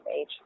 age